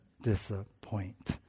disappoint